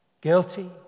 guilty